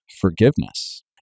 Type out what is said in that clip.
forgiveness